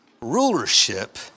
rulership